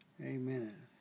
Amen